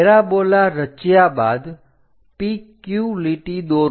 parabola રચ્યા બાદ PQ લીટી દોરો